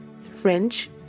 French